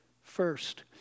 first